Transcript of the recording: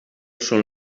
són